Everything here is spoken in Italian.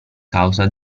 causa